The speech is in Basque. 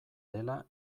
dela